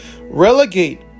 Relegate